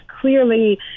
clearly